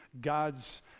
God's